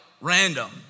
random